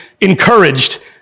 encouraged